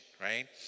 Right